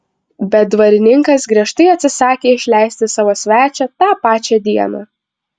bet dvarininkas griežtai atsisakė išleisti savo svečią tą pačią dieną